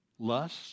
Lust